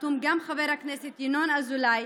חתום גם חבר הכנסת ינון אזולאי,